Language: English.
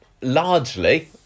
largely